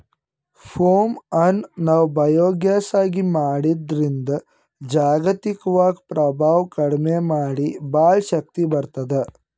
ಪೋಮ್ ಅನ್ನ್ ನಾವ್ ಬಯೋಗ್ಯಾಸ್ ಆಗಿ ಮಾಡದ್ರಿನ್ದ್ ಜಾಗತಿಕ್ವಾಗಿ ಪ್ರಭಾವ್ ಕಡಿಮಿ ಮಾಡಿ ಭಾಳ್ ಶಕ್ತಿ ಬರ್ತ್ತದ